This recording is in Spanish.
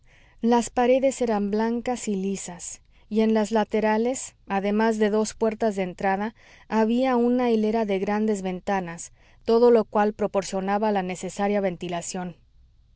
las paredes eran blancas y lisas y en las laterales además de dos puertas de entrada había una hilera de grandes ventanas todo lo cual proporcionaba la necesaria ventilación